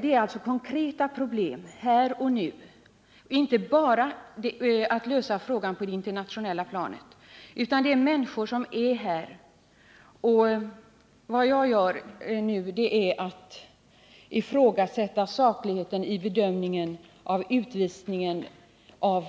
Det kan med fog anföras att en förpassning skulle strida mot den allmänna rättskänslan. Vilken betydelse tillmäter regeringen humanitära skäl och sociala och kulturella förhållanden i hemlandet vid bedömning av ansökningar om